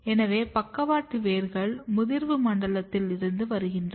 எனவே பக்கவாட்டு வேர்கள் முதிர்வு மண்டலத்தில் இருந்து வருகிறது